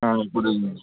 ఇప్పుడు